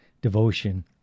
devotion